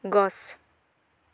গছ